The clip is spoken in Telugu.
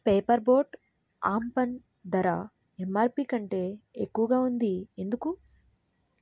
పేపర్ బోట్ ఆమ్ పన్నా ధర ఎంఆర్పి కంటే ఎక్కువగా ఉంది ఎందుకు